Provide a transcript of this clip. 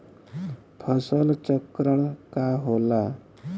फसल चक्रण का होला?